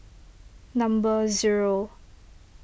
number zero